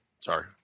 Sorry